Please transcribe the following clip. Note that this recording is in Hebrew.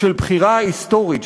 של בחירה היסטורית,